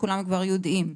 כולם כבר יודעים.